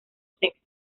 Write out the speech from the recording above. sexo